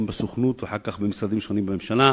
גם בסוכנות ואחר כך במשרדים שונים בממשלה.